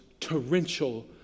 torrential